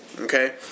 Okay